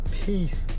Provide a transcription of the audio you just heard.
peace